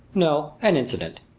no, an incident,